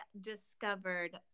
discovered